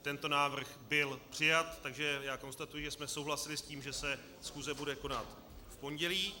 Tento návrh byl přijat, takže konstatuji, že jsme souhlasili s tím, že se schůze bude konat v pondělí.